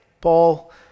Paul